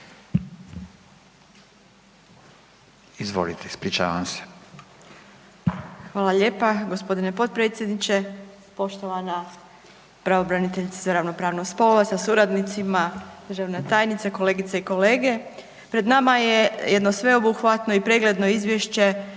Izvolite, ispričavam se. **Nađ, Vesna (SDP)** Hvala lijepa. Gospodine potpredsjedniče, poštovana pravobraniteljice za ravnopravnost spolova sa suradnicima, državna tajnice, kolegice i kolege. Pred nama je jedno sveobuhvatno i pregledno Izvješće